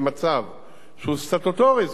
שהוא סטטוטורי, זאת אומרת שהוא מוכר חוקית